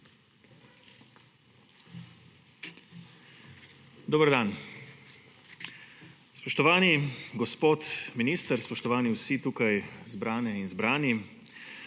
Dober dan! Spoštovani gospod minister, spoštovani vsi tukaj zbrane in zbrani!